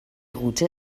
route